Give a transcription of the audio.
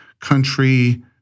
country